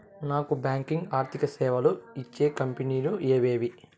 Non banking ఆర్థిక సేవలు ఇచ్చే కంపెని లు ఎవేవి?